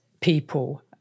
people